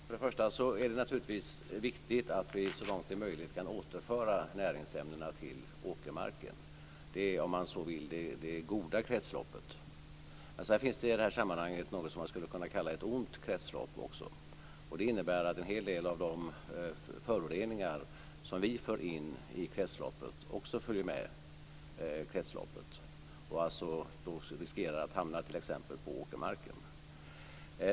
Fru talman! Först och främst är det naturligtvis viktigt att vi så långt det är möjligt kan återföra näringsämnena till åkermarken. Det är, om man så vill, det goda kretsloppet. Sedan finns i det här sammanhanget något som man skulle kunna kalla ett ont kretslopp också. Det innebär att en hel del av de föroreningar som vi för in i kretsloppet också följer med och riskerar att hamna t.ex. på åkermarken.